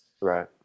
Right